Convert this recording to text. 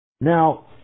now